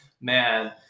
Man